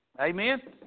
Amen